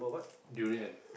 durian